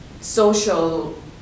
social